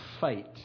fight